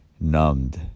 numbed